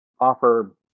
offer